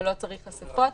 ולא צריך אספות.